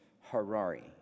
Harari